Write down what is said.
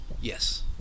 Yes